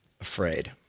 afraid